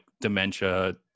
dementia